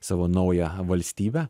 savo naują valstybę